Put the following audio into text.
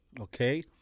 okay